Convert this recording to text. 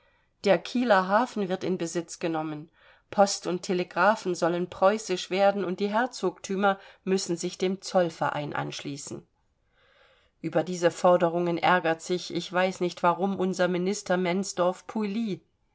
der kieler hafen wird in besitz genommen post und telegraphen sollen preußisch werden und die herzogtümer müssen sich dem zollverein anschließen über diese forderungen ärgert sich ich weiß nicht warum unser minister mensdorf ponilly